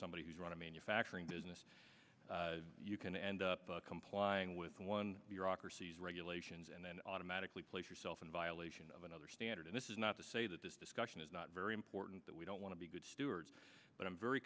somebody who's run a manufacturing business you can end up complying with one bureaucracies regulations and then automatically place yourself in violation of another standard and this is not to say that this discussion is not very important that we don't want to be good stewards but i'm very